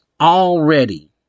already